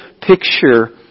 picture